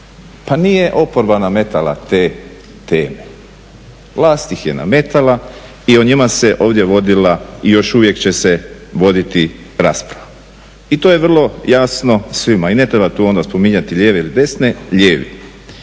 Pa nije oporba nametala te teme. Vlast ih je nametala i o njima se ovdje vodila i još uvijek će se voditi rasprava. I to je vrlo jasno svima i ne treba tu onda spominjati lijeve ili desne. Lijevi.